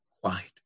Quiet